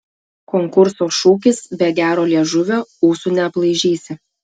konkurso šūkis be gero liežuvio ūsų neaplaižysi